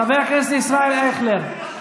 חבר הכנסת ישראל אייכלר,